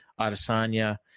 Adesanya